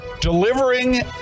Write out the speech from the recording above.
Delivering